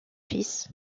fils